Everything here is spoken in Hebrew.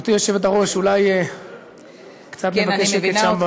גברתי היושבת-ראש, אולי לבקש קצת שקט שם.